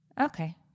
Okay